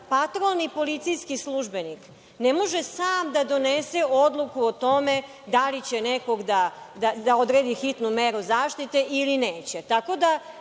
patrolni policijski službenik ne može sam da donese odluku o tome da li će nekome da odredi hitnu meru zaštite ili neće. Tako